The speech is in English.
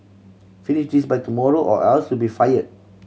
finish this by tomorrow or else you'll be fire